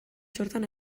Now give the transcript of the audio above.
txortan